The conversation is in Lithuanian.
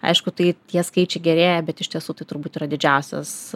aišku tai tie skaičiai gerėja bet iš tiesų tai turbūt yra didžiausias